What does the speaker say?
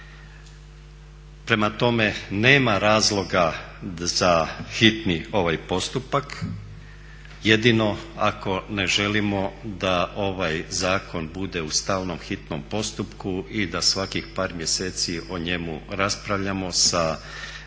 Prema tome, nema razloga za hitni ovaj postupak, jedino ako ne želimo da ovaj zakon bude u stalnom, hitnom postupku i da svakih par mjeseci o njemu raspravljamo sa dopunama